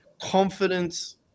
Confidence